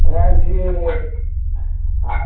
ꯑꯉꯥꯡꯁꯤ ꯍꯥ